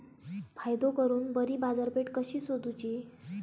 फायदो करून बरी बाजारपेठ कशी सोदुची?